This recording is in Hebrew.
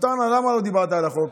עטאונה, למה לא דיברת על החוק?